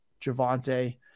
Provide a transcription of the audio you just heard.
Javante